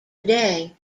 today